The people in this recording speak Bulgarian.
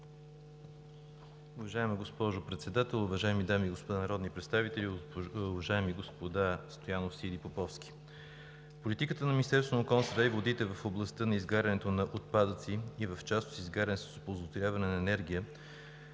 Уважаема госпожо Председател, уважаеми дами и господа народни представители! Уважаеми господа Стоянов, Сиди и Поповски, политиката на Министерството на околната среда и водите в областта на изгарянето на отпадъците и в частност изгаряне с оползотворяване на енергия